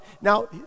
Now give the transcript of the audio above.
Now